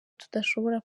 tudashobora